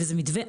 וזה מתווה ענק,